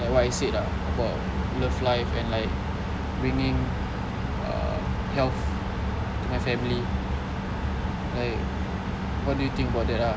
like what I said ah about love life and like bringing err health to my family like what do you think about that ah